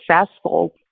successful